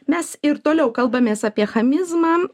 mes ir toliau kalbamės apie chamizmą